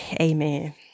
Amen